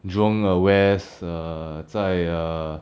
jurong west err 在 err